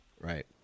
Right